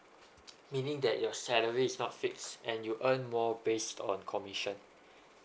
meaning that your salary is not fixed and you earn more based on commission